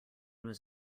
was